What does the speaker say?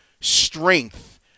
strength